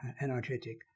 energetic